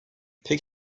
pek